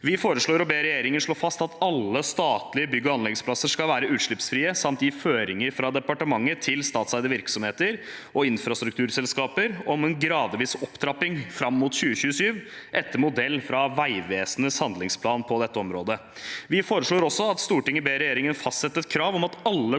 «Stortinget ber regjeringen slå fast at alle statlige bygg- og anleggsplasser skal være utslippsfrie samt gi føringer fra departementet til statseide virksomheter og infrastrukturselskaper om en gradvis opptrapping frem mot 2027, etter modell av Vegvesenets handlingsplan på området.» Vi foreslår også at: «Stortinget ber regjeringen fastsette et krav om at alle